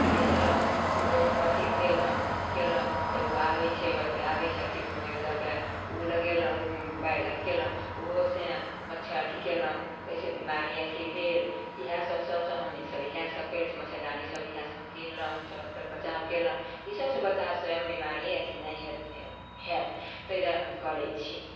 लेसलहुँ तऽ ओहो सभ अथी भेलहुँ कयलहुँ एगो आबैत छै आबैत छै अथी लऽ के उ लगेलौं उ अटकेलहुँ ओहो से मच्छर अथी कयलहुँ तऽ एहिसे बिमारी अथी भेल इहे सभ सभसँ हम ई सभ इहे सभ करैत छी मच्छरदानी सभ इहे सभ हम किनलहुँ हमसभ तऽ कनि बचाव कयलहुँ ई सभसे बचाव से हम बिमारी अथी नहि है होयत ताहि दुआरे हम करैत छी